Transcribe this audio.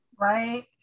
right